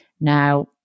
Now